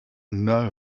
know